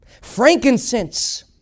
Frankincense